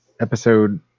episode